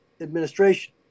administration